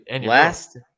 last